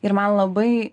ir man labai